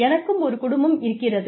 எனக்கும் ஒரு குடும்பம் இருக்கிறது